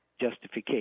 justification